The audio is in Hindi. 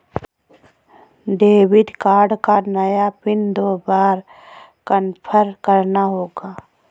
डेबिट कार्ड का नया पिन दो बार कन्फर्म करना होगा